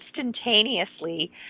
instantaneously